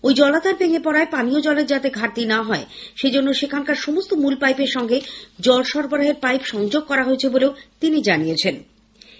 ঐ জলাধার ভেঙে পড়ায় পানীয় জলের যাতে ঘাটতি না হয় সজন্য সেখানকার সমস্ত মূল পাইপের সঙ্গে জলসরবরাহের পাইপ সংযোগ করা হয়েছে বলেও তিনি জানিয়েছেন